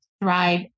thrive